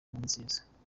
nkurunziza